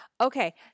Okay